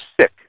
sick